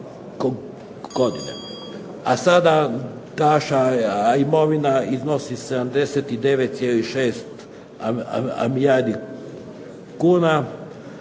A sada naša imovina iznosi 79,6 milijardi kuna,